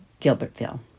Gilbertville